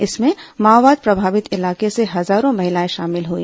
इसमें माओवाद प्रभावित इलाके की हजारो महिलाए शामिल हुई